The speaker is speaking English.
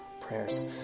prayers